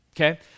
okay